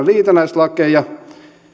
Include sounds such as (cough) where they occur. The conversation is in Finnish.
(unintelligible) liitännäislakeja